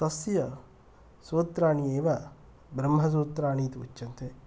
तस्य सूत्राणि एव ब्रह्मसूत्राणि इति उच्यन्ते